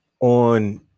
on